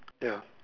ya